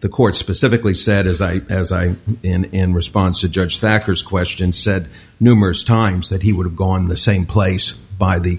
the court specifically said as i as i in response to judge factors question said numerous times that he would have gone the same place by the